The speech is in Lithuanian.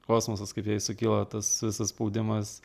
kosmosas kaip jai sukyla tas visas spaudimas